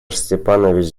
степанович